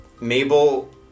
mabel